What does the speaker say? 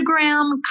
Instagram